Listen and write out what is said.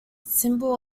symbol